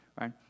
right